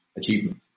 achievement